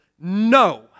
No